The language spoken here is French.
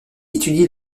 étudie